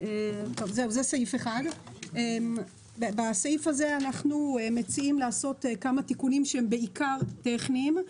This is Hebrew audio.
בסעיף הזה אנחנו מציעים לעשות כמה תיקונים שהם בעיקר טכניים.